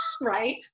right